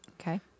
Okay